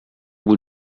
bout